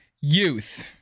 Youth